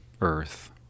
earth